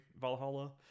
Valhalla